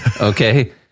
Okay